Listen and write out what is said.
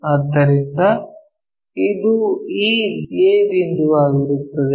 ಆದ್ದರಿಂದ ಇದು ಈ a ಬಿಂದುವಾಗಿರುತ್ತದೆ